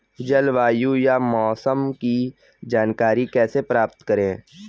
जलवायु या मौसम की जानकारी कैसे प्राप्त करें?